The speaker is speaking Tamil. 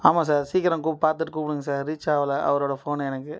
ஆமாம் சார் சீக்கிரம் கூ பார்த்துட்டு கூப்பிடுங்க சார் ரீச் ஆகல அவரோடய ஃபோனு எனக்கு